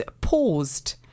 paused